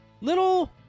Little